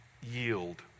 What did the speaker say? yield